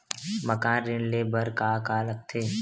मकान ऋण ले बर का का लगथे?